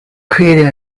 creating